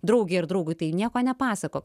draugei ar draugui tai nieko nepasakok